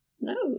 No